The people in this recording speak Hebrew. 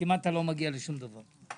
כמעט אתה לא מגיע לשום דבר,